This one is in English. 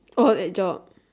oh that job